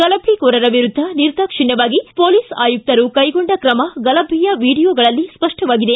ಗಲಭೆಕೋರರ ವಿರುದ್ದ ನಿರ್ದಾಕ್ಷಿಣ್ಠವಾಗಿ ಪೋಲಿಸ್ ಆಯುಕ್ತರು ಕೈಗೊಂಡ ಕ್ರಮ ಗಲಭೆಯ ವಿಡಿಯೋಗಳಲ್ಲಿ ಸ್ಪಷ್ಟವಾಗಿದೆ